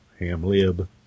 HAMLIB